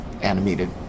animated